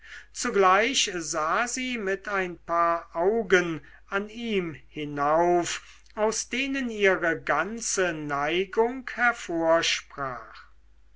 zugleich sah sie mit ein paar augen an ihm hinauf aus denen ihre ganze neigung